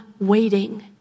waiting